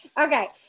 Okay